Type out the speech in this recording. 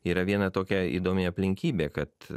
yra viena tokia įdomi aplinkybė kad